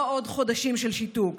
לא עוד חודשים של שיתוק.